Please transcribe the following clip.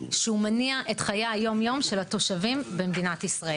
שמניעים את חיי היום-יום של התושבים במדינת ישראל.